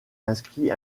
inscrit